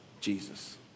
Jesus